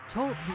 Talk